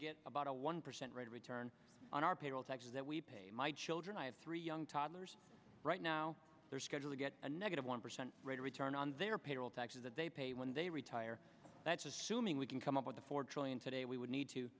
get about a one percent rate of return on our payroll taxes that we pay my children i have three young toddlers right now they're scheduled to get a new i get a one percent rate of return on their payroll taxes that they pay when they retire that's assuming we can come up with the four trillion today we would need to